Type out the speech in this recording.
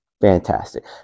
Fantastic